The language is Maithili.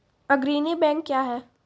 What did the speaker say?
अग्रणी बैंक क्या हैं?